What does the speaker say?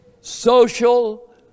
social